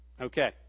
Okay